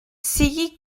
sigui